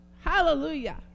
hallelujah